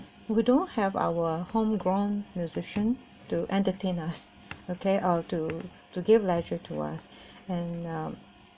we don't have our homegrown musicians to entertain us okay or to to give leisure to us and um